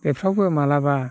बेफ्रावबो माब्लाबा